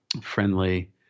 friendly